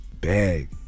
bag